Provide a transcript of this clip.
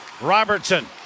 Robertson